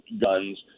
guns